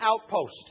outpost